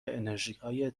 انرژیهای